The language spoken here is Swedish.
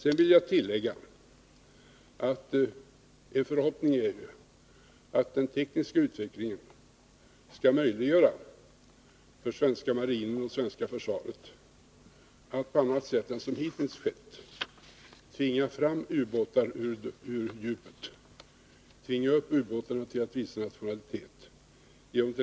En förhoppning är att den tekniska utvecklingen skall möjliggöra för svenska marinen och svenska försvaret att på annat sätt än som hittills skett tvinga upp ubåtar ur djupet, tvinga dem att visa sin nationalitet.